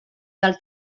del